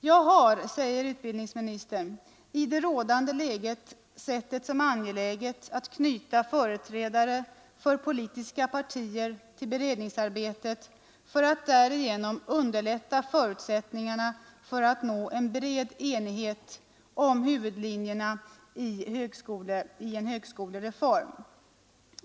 Jag har i rådande läge sett det som angeläget, säger utbildningsministern, att knyta företrädare för politiska partier till beredningsarbetet för att därigenom öka förutsättningarna för att nå en bred enighet om huvudlinjerna i en högskolereform.